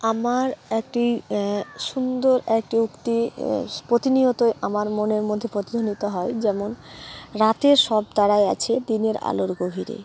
আমার একটি সুন্দর একটি উক্তি প্রতিনিয়তই আমার মনের মধ্যে প্রতিধ্বনিত হয় যেমন রাতের সব তারাই আছে দিনের আলোর গভীরে